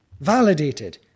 validated